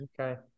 okay